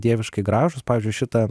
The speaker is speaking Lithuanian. dieviškai gražūs pavyzdžiui šitą